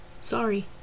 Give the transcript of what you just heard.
Sorry